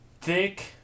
thick